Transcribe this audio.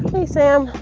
hey, sam.